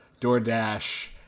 DoorDash